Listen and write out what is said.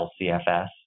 LCFS